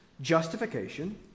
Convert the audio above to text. justification